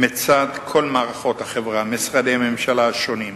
מצד כל מערכות החברה, משרדי הממשלה השונים,